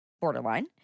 Borderline